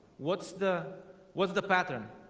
what's the what's the pattern?